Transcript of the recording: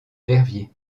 verviers